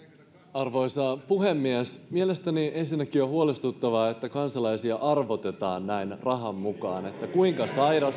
arvoisa puhemies mielestäni ensinnäkin on huolestuttavaa että kansalaisia arvotetaan näin rahan mukaan että kuinka sairas olet